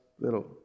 little